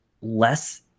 less